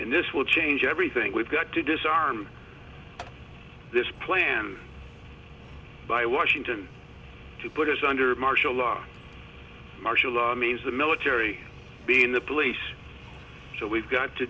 and this will change everything we've got to disarm this plan by washington to put it under martial law martial law means the military being the police so we've got to